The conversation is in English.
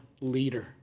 leader